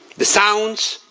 the sounds,